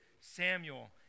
Samuel